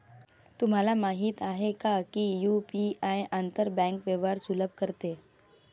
तुम्हाला माहित आहे का की यु.पी.आई आंतर बँक व्यवहार सुलभ करते?